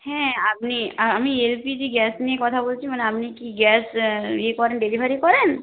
হ্যাঁ আপনি আমি এলপিজি গ্যাস নিয়ে কথা বলছি মানে আপনি কি গ্যাস ইয়ে করেন ডেলিভারি করেন